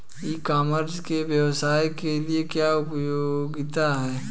ई commerce के व्यवसाय के लिए क्या उपयोगिता है?